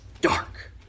Dark